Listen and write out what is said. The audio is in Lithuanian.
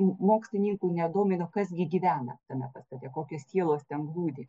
mokslininkų nedomino kas gi gyvena tame pastate kokios sielos ten glūdi